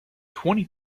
twenty